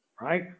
Right